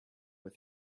with